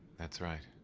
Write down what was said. that's right.